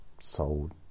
sold